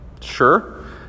Sure